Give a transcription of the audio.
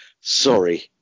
Sorry